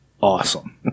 awesome